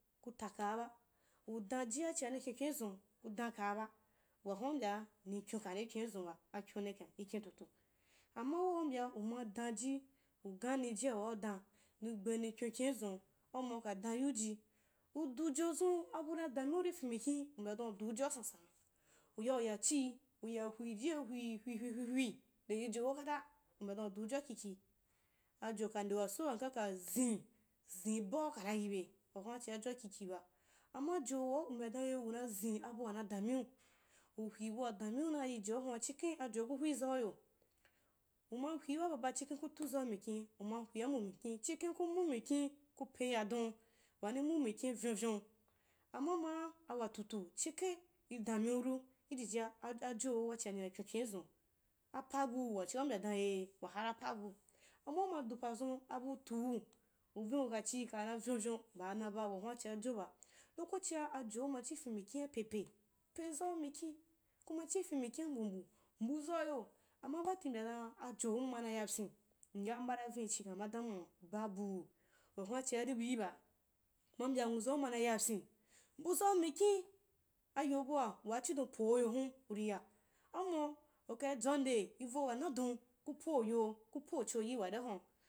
Ku takaaba, udan jia chia ni kyonkyoniun ku da n ka aba wa hana u mbyaa ni kyon kani kyonzun ba, akayon kani kyonizun ba, akyoni ka ma i kyon tuta danji u gaanijia waa udan nighr ni kyonkyonizun, auma ika daayiuji, udu jo zu abu, na dameu rufe mikin una mbya dan udu joa sansan, uyau yachii uya hwijia hwihwihwi ndeyi jo kata u mbya dan udu joa kiki, ajo ka ndu ya sonka a zen zen bau kana yibe, wahuna’ chia joa kikiba, amma jo waa u mbya daneh una zen abua na dameu, uhwi bua dameuna yi jo yin chikhen ajo ku hwizauyo, uma hwiwah aba chikhen ku tuzaumikin umma hwia mbumikin chiken ku mbumkin ku oen yadom waa yi mbumikin vyonyvon, amma maa awa tut, xhikhen idan meuru ijijia ajoo wa chia nina kyonkyon izun apa bu wachia u mbya dan eh wuchia wahara pa u, amma uma dvpa zun, abu tuu vini ukachi kana uyonvyon, baana ba wahuya chia joba, lokochia ajo machi pen mikin a pepe pe pzau miikin, kuma a chiken mikania mbu mbu, mbu zauyo amma bati mbya dan ajom mana yapyin m yyambara vin, chin kama damuwa babu wahuna chiari biu ba, uma mbya mwazau mana yapyin mbu zau mikin, ayo bua waachidom poyo hun kuri ya auma ukai dzwnke, ivo wanadon ku oyo ku pocho yi waria huria